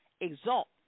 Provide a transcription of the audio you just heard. exalt